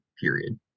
period